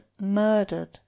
murdered